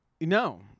No